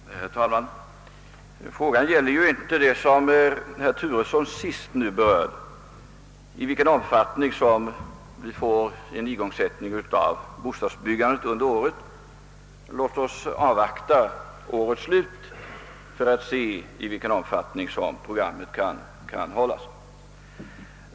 Herr talman! Frågan gäller ju inte det som herr Turesson nu sist berörde, vilken omfattning igångsättandet av bostadsbyggandet får under året. Låt oss avvakta årets slut och se i vilken omfattning programmet har kunnat hållas!